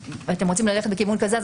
שאתם רוצים ללכת בכיוון כזה,